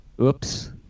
Oops